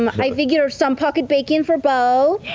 um i figure some pocket bacon for beau.